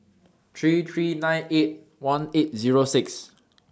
three three nine eight one eight Zero six